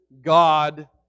God